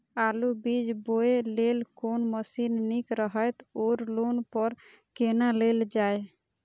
आलु बीज बोय लेल कोन मशीन निक रहैत ओर लोन पर केना लेल जाय?